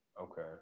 Okay